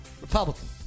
Republican